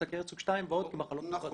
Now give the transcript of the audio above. סכרת סוג 2 ועוד כמחלות נפרדות.